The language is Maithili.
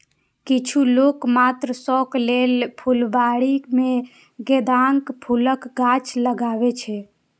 किछु लोक मात्र शौक लेल फुलबाड़ी मे गेंदाक फूलक गाछ लगबै छै